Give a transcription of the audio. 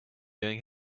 doing